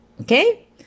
Okay